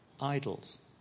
idols